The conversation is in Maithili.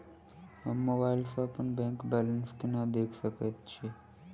हम मोबाइल सा अपने बैंक बैलेंस केना देख सकैत छी?